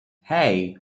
hey